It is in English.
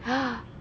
!huh!